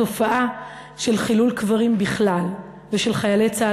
התופעה של חילול קברים בכלל ושל חיילי צה"ל